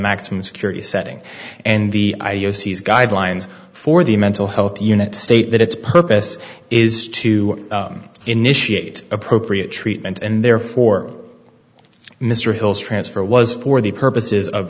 maximum security setting and the i o c is guidelines for the mental health unit state that its purpose is to initiate appropriate treatment and therefore mr hill's transfer was for the purposes of